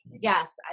Yes